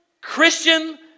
Christian